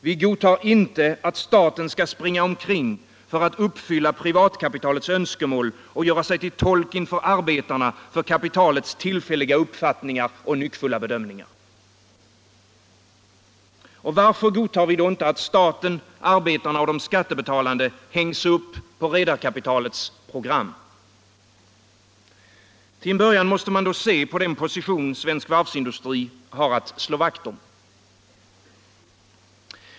Vi godtar inte att staten skall springa omkring för att uppfylla privatkapitalets önskemål och göra sig till tolk inför arbetarna för kapitalets tillfälliga uppfattningar och nyckfulla bedömningar. Och varför godtar vi då inte att staten, arbetarna och de skattebetalande hängs upp på redarkapitalets program? Till en början måste man se på den position svensk varvsindustri har att slå vakt om.